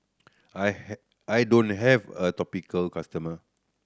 I I don't have a customer